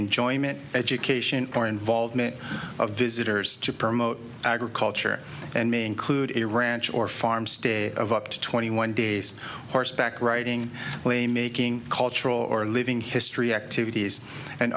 enjoyment education or involvement of visitors to promote agriculture and may include a ranch or farm stay of up to twenty one days horseback riding playmaking cultural or living history activities and